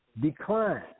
decline